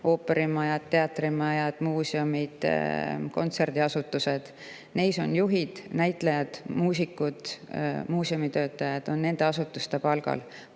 ooperimajadel, teatrimajadel, muuseumidel, kontserdiasutustel on juhid ning näitlejad, muusikud, muuseumitöötajad on nende asutuste palgal.